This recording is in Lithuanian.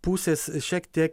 pusės šiek tiek